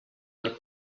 del